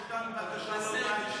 יש כאן בקשה להודעה אישית.